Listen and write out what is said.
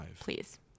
Please